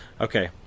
Okay